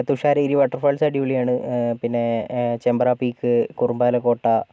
തുഷാര ഗിരി water falls അടിപൊളിയാണ് പിന്നെ Chembra peak Kurumbala കോട്ട